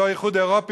אותו איחוד אירופי,